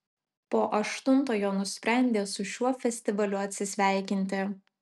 po aštuntojo nusprendė su šiuo festivaliu atsisveikinti